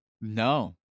No